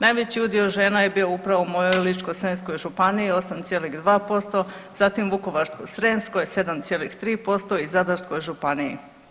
Najveći udio žena je bio upravo u mojoj Ličko-senjskoj županiji 8,2%, zatim Vukovarsko-srijemskoj 7,3% i Zadarskoj županiji.